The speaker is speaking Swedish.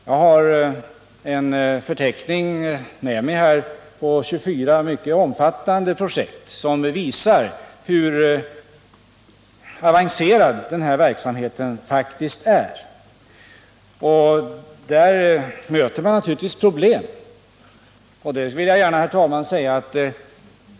Jag har här en förteckning över 24 mycket omfattande projekt som visar hur avancerad denna verksamhet faktiskt är, och där möter man naturligtvis problem.